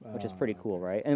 which is pretty cool right? and